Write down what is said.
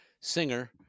singer